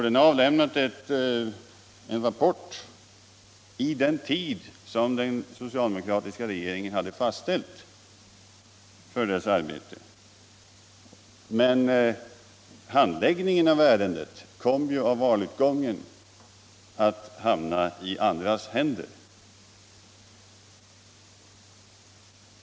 Den har avlämnat en rapport inom den tid som den socialdemokratiska regeringen hade fastställt för dess arbete. Men handläggningen av ärendet kom ju på grund av valutgången att hamna i andras händer.